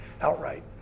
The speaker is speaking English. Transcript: outright